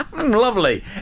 Lovely